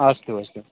अस्तु अस्तु